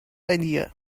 idea